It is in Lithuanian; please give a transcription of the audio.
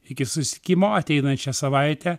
iki susitikimo ateinančią savaitę